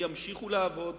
ימשיכו לעבוד.